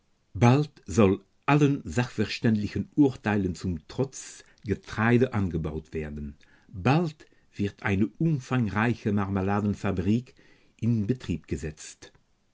bald soll allen sachverständigen urteilen zum trotz getreide angebaut werden bald wird eine umfangreiche marmeladenfabrik in betrieb gesetzt